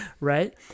Right